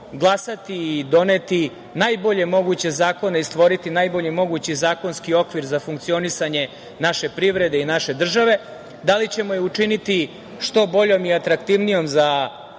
i doneti najbolje moguće zakone i stvoriti najbolji mogući zakonski okvir za funkcionisanje naše privrede i naše države, da li ćemo je učiniti što boljom i atraktivnijom za